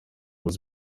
was